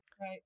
right